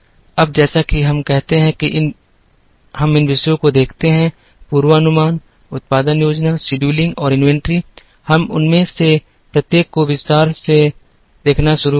अब जैसा कि हम कहते हैं कि हम इन विषयों को देखते हैं पूर्वानुमान उत्पादन योजना शेड्यूलिंग और इन्वेंट्री हम उनमें से प्रत्येक को विस्तार से देखना शुरू करेंगे